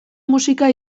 musika